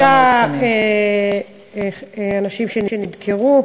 יש כבר חמישה אנשים שנדקרו,